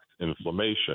inflammation